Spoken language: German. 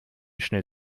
schnell